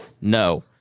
No